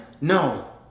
no